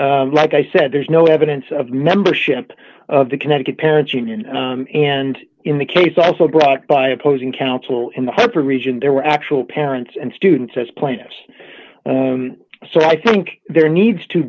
case like i said there's no evidence of membership of the connecticut parents union and in the case also brought by opposing counsel in the harper region there were actual parents and students as plaintiffs so i think there needs to